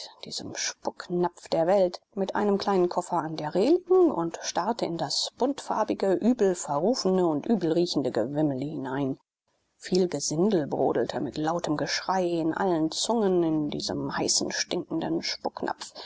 diesem spucknapf der welt mit einem kleinen koffer an der reling und starrte in das buntfarbige übel verrufene und übel riechende gewimmel hinein viel gesindel brodelt mit lautem geschrei in allen zungen in diesem heißen stinkenden